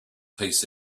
peace